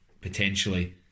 potentially